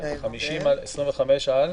ויסבו את תשומת ליבם,